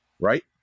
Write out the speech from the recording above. right